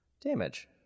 damage